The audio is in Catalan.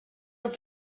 amb